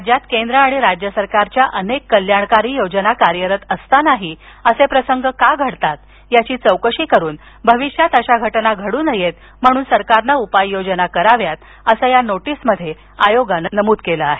राज्यात केंद्र आणि राज्य सरकारच्या अनेक कल्याणकारी योजना कार्यरत असतानाही असे प्रसंग का घडतात याची चौकशी करून भविष्यात अशा घटना घडू नयेत म्हणून सरकारनं उपाययोजना कराव्यात असं या नोटीसमध्ये आयोगानं नमूद केलं आहे